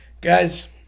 Guys